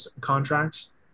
contracts